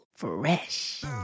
Fresh